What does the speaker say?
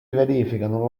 verificano